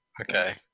Okay